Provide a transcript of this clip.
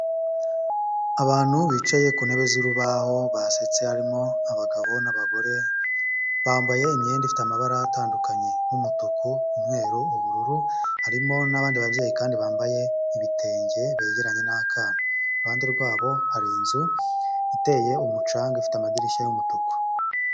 Abantu bicaye ku ntebe z'urubaho, basetse harimo abagabo n'abagore, bambaye imyenda ifite amabara atandukanye, nk'umutuku, umweru, ubururu, harimo n'abandi babyeyi kandi bambaye ibitenge begeranye n'akana, iruhande rwabo hari inzu, iteye umucanga ifite amadirishya yumutuku.